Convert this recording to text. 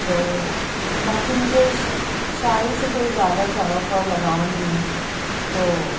تو باقی مجھے اس شاعری سے کوئی زیادہ شغف اور لگاؤ نہیں ہے تو